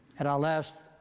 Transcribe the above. had our last